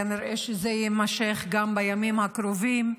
כנראה שזה יימשך גם בימים הקרובים,